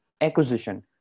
acquisition